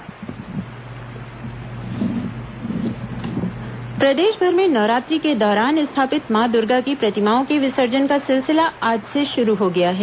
दुर्गा विसर्जन प्रदेशभर में नवरात्रि के दौरान स्थापित मां दुर्गा की प्रतिमाओं के विसर्जन का सिलसिला आज से शुरू हो गया है